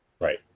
right